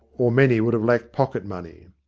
or many would have lacked pocket money.